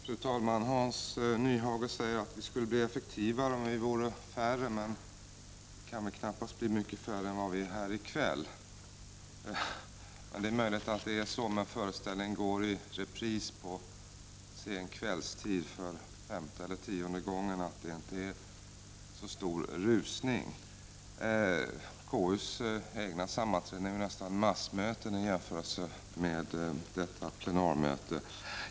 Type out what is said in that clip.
Fru talman! Hans Nyhage säger att vi skulle bli effektivare om vi vore färre. Men vi kan väl knappast bli mycket färre än vi är här i kväll. Det är möjligt att det inte blir så stor rusning när föreställningen går i repris på sen kvällstid för femte eller tionde gången. KU:s egna sammanträden är nästan massmöten i jämförelse med detta plenarmöte.